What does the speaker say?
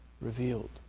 revealed